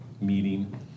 meeting